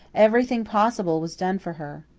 everything possible was done for her.